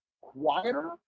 quieter